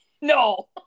No